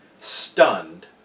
stunned